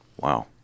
wow